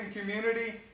community